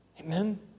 Amen